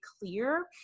clear